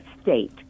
state